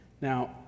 Now